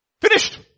Finished